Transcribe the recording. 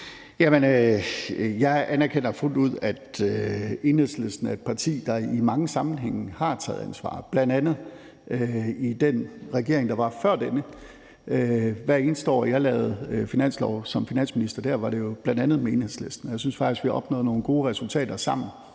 Jeg anerkender fuldt ud, at Enhedslisten er et parti, der i mange sammenhænge har taget ansvar, bl.a. i den regering, der var før denne. Hvert eneste år jeg lavede finanslov som finansminister, var det jo bl.a. med Enhedslisten, og jeg synes faktisk, at vi har opnået nogle gode resultater sammen,